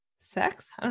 sex